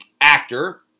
actor